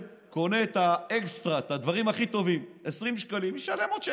שקונה את הדברים הכי טובים ב-20 שקלים ישלם עוד שקל,